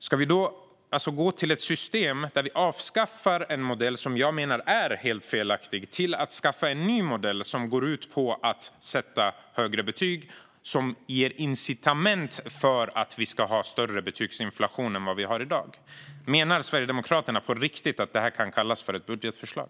Ska vi avskaffa en modell som jag menar är helt felaktig och i stället skaffa en ny modell som går ut på att sätta högre betyg, som ger incitament för större betygsinflation än i dag? Menar Sverigedemokraterna på riktigt att det kan kallas för ett budgetförslag?